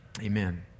amen